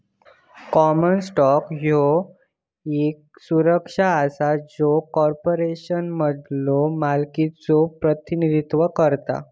common stock ह्यो येक सुरक्षा असा जो कॉर्पोरेशनमधलो मालकीचो प्रतिनिधित्व करता